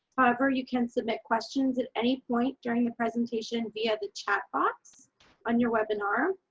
however you can submit questions at any point during the presentation via the chatbox on your webinar?